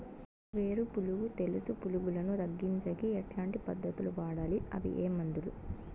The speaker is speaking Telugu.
వేరు పులుగు తెలుసు పులుగులను తగ్గించేకి ఎట్లాంటి పద్ధతులు వాడాలి? అవి ఏ మందులు?